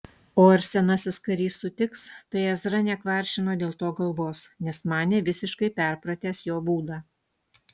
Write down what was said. o ar senasis karys sutiks tai ezra nekvaršino dėl to galvos nes manė visiškai perpratęs jo būdą